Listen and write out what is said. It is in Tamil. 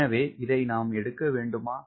எனவே இதை நாம் எடுக்க வேண்டுமா